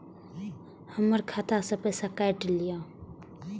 हमर खाता से पैसा काट लिए?